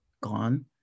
gone